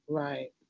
right